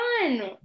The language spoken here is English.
fun